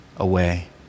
away